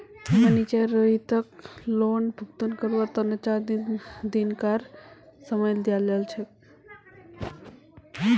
manager रोहितक loan भुगतान करवार तने चार दिनकार समय दिया छे